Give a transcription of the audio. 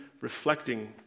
reflecting